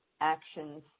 actions